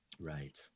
Right